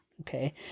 Okay